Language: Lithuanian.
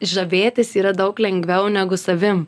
žavėtis yra daug lengviau negu savim